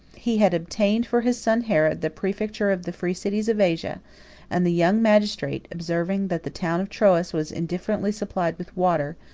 he had obtained for his son herod the prefecture of the free cities of asia and the young magistrate, observing that the town of troas was indifferently supplied with water,